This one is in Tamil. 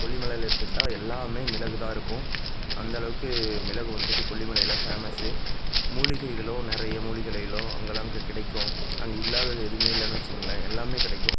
கொல்லி மலையில் எடுத்துக்கிட்டால் எல்லாமே மிளகு தான் இருக்கும் அந்தளவுக்கு மிளகு வந்துட்டு கொல்லி மலையில் ஃபேமஸ்ஸு மூலிகைகளும் நிறைய மூலிகையிலைகளும் அங்கே தாங்க கிடைக்கும் அங்கே இல்லாதது எதுவுமே இல்லைன்னு வெச்சுக்குங்களேன் எல்லாமே கிடைக்கும்